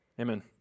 Amen